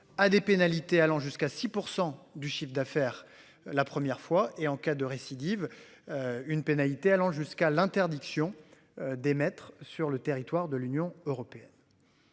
à des pénalités allant jusqu'à 6% du chiffre d'affaires. La première fois et en cas de récidive. Une pénalité allant jusqu'à l'interdiction d'émettre sur le territoire de l'Union européenne.